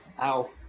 Ow